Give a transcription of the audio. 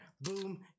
boom